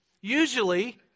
Usually